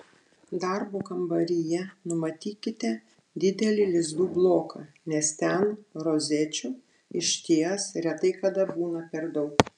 darbo kambaryje numatykite didelį lizdų bloką nes ten rozečių išties retai kada būna per daug